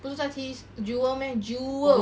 不是在 T jewel meh jewel